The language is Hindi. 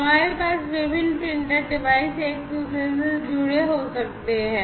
हमारे पास विभिन्न प्रिंटर डिवाइस एक दूसरे से जुड़े हो सकते हैं